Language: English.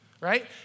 right